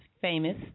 famous